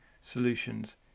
solutions